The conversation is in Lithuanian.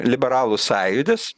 liberalų sąjūdis